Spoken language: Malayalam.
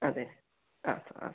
അതെ ആ സാർ ആ സാർ